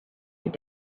your